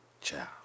Ciao